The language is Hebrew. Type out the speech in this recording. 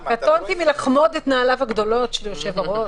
קטונתי מלחמוד את נעליו הגדולות של היושב-ראש,